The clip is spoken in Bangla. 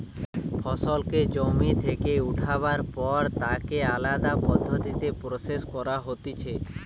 ফসলকে জমি থেকে উঠাবার পর তাকে আলদা পদ্ধতিতে প্রসেস করা হতিছে